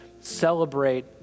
celebrate